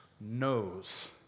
knows